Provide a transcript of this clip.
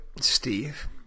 Steve